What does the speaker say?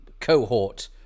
cohort